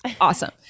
awesome